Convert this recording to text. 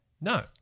No